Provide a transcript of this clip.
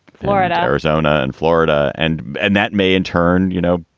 florida, arizona and florida. and and that may in turn, you know,